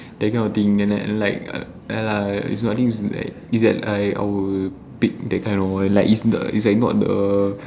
that kind of thing then like like ya lah it's like not the